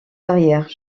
arrières